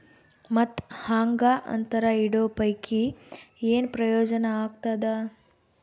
ಮತ್ತ್ ಹಾಂಗಾ ಅಂತರ ಇಡೋ ಪೈಕಿ, ಏನ್ ಪ್ರಯೋಜನ ಆಗ್ತಾದ?